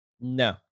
No